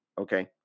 Okay